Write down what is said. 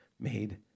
made